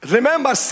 Remember